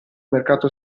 mercato